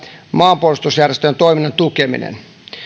maanpuolustusjärjestöjen toiminnan tukeminen